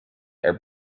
are